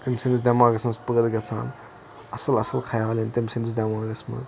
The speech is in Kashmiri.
تٔمۍ سٕنٛدِس دٮ۪ماغَس مَنٛز پٲدٕ گَژھان اَصل اَصل خَیال یِن تٔمۍ سٕنٛدِس دٮ۪ماغَس مَنٛز